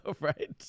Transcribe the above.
right